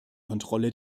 kontrolle